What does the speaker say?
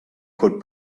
could